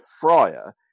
friar